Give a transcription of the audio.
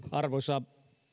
arvoisa